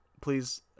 please